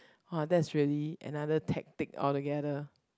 !wah! that's really another tactic all together